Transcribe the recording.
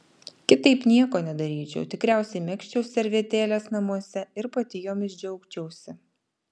kitaip nieko nedaryčiau tikriausiai megzčiau servetėles namuose ir pati jomis džiaugčiausi